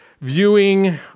viewing